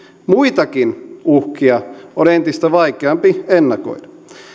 muitakin uhkia on entistä vaikeampi ennakoida